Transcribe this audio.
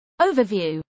Overview